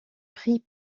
pris